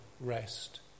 rest